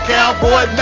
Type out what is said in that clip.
Cowboy